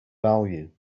value